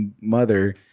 mother